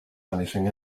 anything